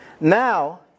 Now